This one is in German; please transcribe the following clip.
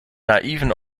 naiven